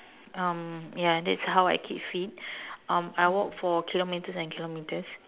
um ya that's how I keep fit um I walk for kilometres and kilometres